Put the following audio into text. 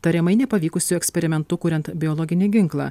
tariamai nepavykusiu eksperimentu kuriant biologinį ginklą